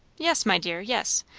yes, my dear, yes,